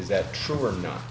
is that true or not